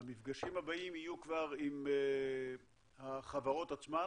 המפגשים הבאים יהיו כבר עם החברות עצמן